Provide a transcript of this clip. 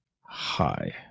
hi